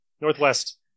Northwest